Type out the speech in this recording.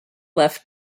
left